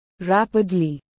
Rapidly